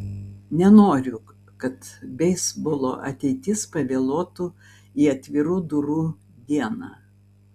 nenoriu kad beisbolo ateitis pavėluotų į atvirų durų dieną